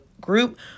group